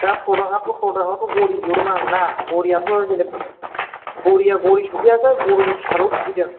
दा प्रडाक्टआथ' प्रडाक्टआथ' घरि बिहरदोंमोन आङो ना घरियाथ' जेन'बा घरिया घरि सौफैयाखै घरिनि फिथाल' सौफैदों